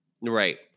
Right